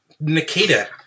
Nikita